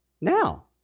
Now